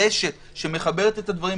רשת שמחברת את הדברים,